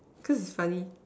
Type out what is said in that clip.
cause is funny